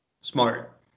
Smart